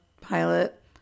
pilot